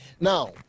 Now